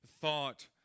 thought